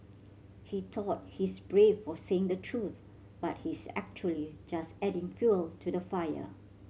he thought he's brave for saying the truth but he's actually just adding fuel to the fire